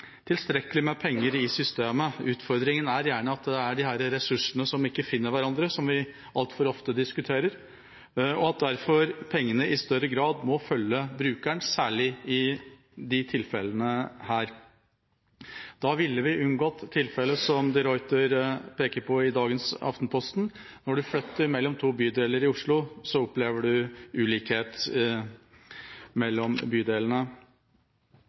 tilstrekkelig med penger i systemet. Utfordringen er gjerne at disse ressursene ikke finner hverandre, noe vi altfor ofte diskuterer, og at pengene derfor i større grad må følge brukeren – særlig i disse tilfellene. Da ville vi unngått slike tilfeller som de Ruiter peker på, i dagens Aftenposten, at når man flytter mellom to bydeler i Oslo, opplever man ulikheter mellom bydelene.